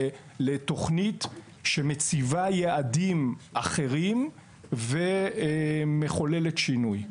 לתכנית שמציבה יעדים אחרים ומחוללת שינוי.